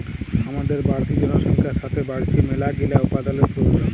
হামাদের বাড়তি জনসংখ্যার সাতে বাইড়ছে মেলাগিলা উপাদানের প্রয়োজন